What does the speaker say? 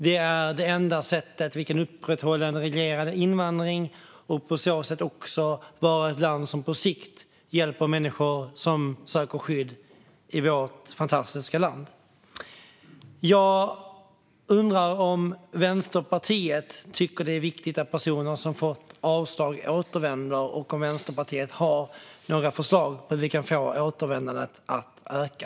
Det är det enda sättet att upprätthålla en reglerad invandring och att på så sätt också vara ett land som på sikt hjälper människor som söker skydd i vårt fantastiska land. Jag undrar om Vänsterpartiet tycker att det är viktigt att personer som fått avslag återvänder och om Vänsterpartiet har några förslag på hur vi kan få återvändandet att öka.